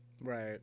Right